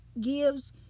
gives